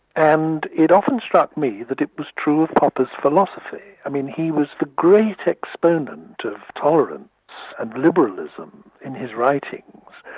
and it often struck me that it was true of popper's philosophy. i mean, he was the great exponent of tolerance and liberalism in his writings,